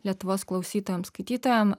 lietuvos klausytojam skaitytojam